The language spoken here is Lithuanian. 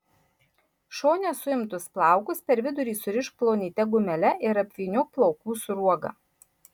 šone suimtus plaukus per vidurį surišk plonyte gumele ir apvyniok plaukų sruoga